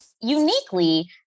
uniquely